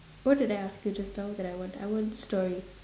what did I ask you just now that I want I want story